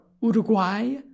Uruguay